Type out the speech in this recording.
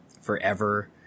forever